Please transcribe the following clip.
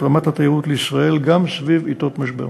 רמת התיירות לישראל גם סביב עתות משבר.